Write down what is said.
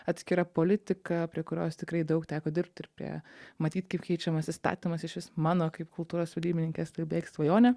atskira politika prie kurios tikrai daug teko dirbt ir prie matyt kaip keičiamas įstatymas išvis mano kaip kultūros vadybininkės tai beveik svajonė